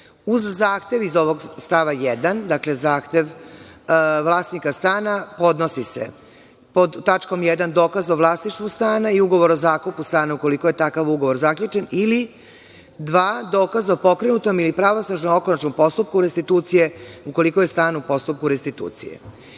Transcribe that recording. Uz zahtev iz ovog stava 1. dakle zahtev vlasnika stana, podnosi se pod tačkom 1. dokaz o vlasništvu stana i ugovor o zakupu stana ukoliko je takav ugovor zaključen ili dva dokaza o pokrenutom ili pravosnažno okončanom postupku restitucije, ukoliko je stan u postupku restitucije.I